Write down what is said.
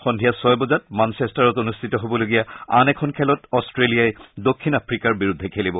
সন্ধিয়া ছয় বজাত মানচেষ্টাৰ অনুষ্ঠিত হ'বলগীয়া আন এখন খেলত অষ্ট্ৰেলিয়াই দক্ষিণ আফ্ৰিকাৰ বিৰুদ্ধে খেলিব